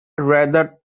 rather